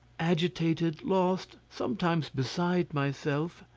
agitated, lost, sometimes beside myself,